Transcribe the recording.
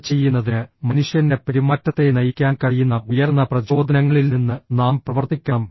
അത് ചെയ്യുന്നതിന് മനുഷ്യന്റെ പെരുമാറ്റത്തെ നയിക്കാൻ കഴിയുന്ന ഉയർന്ന പ്രചോദനങ്ങളിൽ നിന്ന് നാം പ്രവർത്തിക്കണം